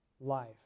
life